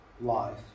life